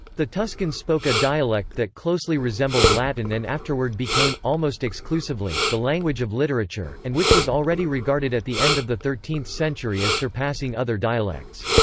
the tuscans spoke a dialect that closely resembled latin and afterward became, almost exclusively, the language of literature, and which was already regarded at the end of the thirteenth century as surpassing other dialects.